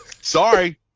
Sorry